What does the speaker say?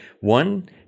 one